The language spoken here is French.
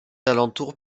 alentour